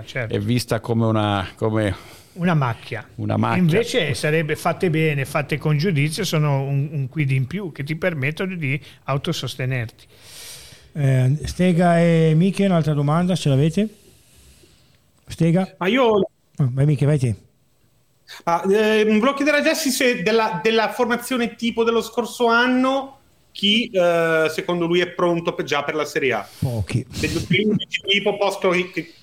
Ah, certo. È vista come una- come- Una macchia. una macchia. Invece sarebbe fatte bene, fatte con giudizio, sono un- un quid in più che ti permettono di autosostenerti. Eh, Stega e Miche, un'altra domanda, ce l'avete? Stega? Ma io- Oh, vai Miche, vai te. Ah, eh, volevo chiedere adesso se della- della formazione tipo dello scorso anno, chi, eh, secondo lui è pronto per- già per la Serie A? Pochi. Degli ultimi 11 tipo posto che- che-